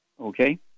Okay